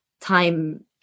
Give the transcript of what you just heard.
time